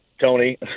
Tony